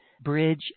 bridge